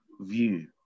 view